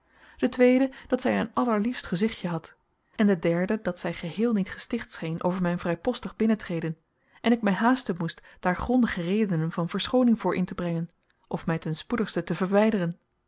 de tweede dat zij een allerliefst gezichtje had en de derde dat zij geheel niet gesticht scheen over mijn vrijpostig binnentreden en ik mij haasten moest daar grondige redenen van verschooning voor in te brengen of mij ten spoedigste te verwijderen